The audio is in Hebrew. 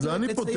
זה אני פותח.